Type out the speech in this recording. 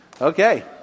okay